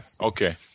Okay